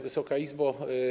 Wysoka Izbo!